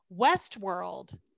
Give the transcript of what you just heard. Westworld